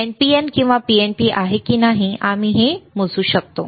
NPN किंवा PNP आहे की नाही हे मोजू शकतो